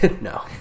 No